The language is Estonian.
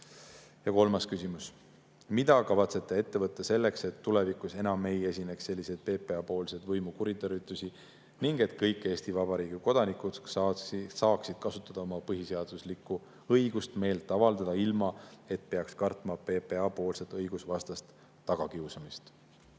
Kolmas küsimus: "Mida kavatsete ette võtta selleks, et tulevikus enam ei esineks selliseid PPA poolseid võimu kuritarvitusi ning et kõik Eesti Vabariigi kodanikud saaksid kasutada oma põhiseaduslikku õigust meelt avaldada ilma, et peaks kartma PPA poolset õigusvastast tagakiusamist?"